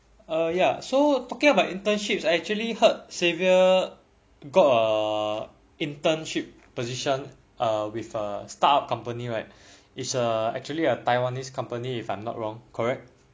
uh ya so talking about internships I actually heard xaiver got a internship position uh with a start up company right is err actually a taiwanese company if I'm not wrong correct